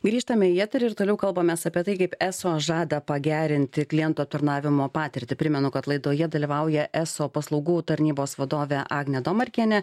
grįžtame į eterį ir toliau kalbamės apie tai kaip eso žada pagerinti klientų aptarnavimo patirtį primenu kad laidoje dalyvauja eso paslaugų tarnybos vadovė agnė domarkienė